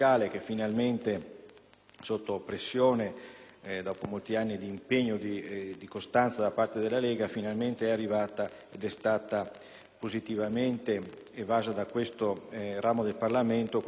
dopo molti anni di impegno e di costanza da parte della Lega, finalmente è arrivato in porto ed è stato positivamente evaso da questo ramo del Parlamento con un lavoro molto importante di approfondimento. In questo caso